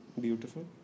Beautiful